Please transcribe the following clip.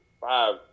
five